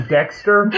Dexter